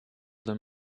them